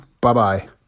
Bye-bye